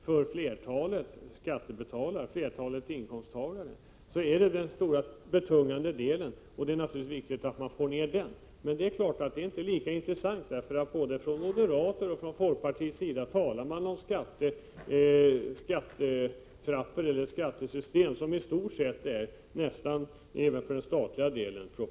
För flertalet inkomsttagare är kommunalskatten den betungande delen. Det är naturligtvis viktigt att man får ned den. Men detta är inte lika intressant. Både moderater och folkpartister talar om skattesystem som i stort sett är proportionella även för den statliga delen.